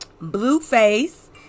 Blueface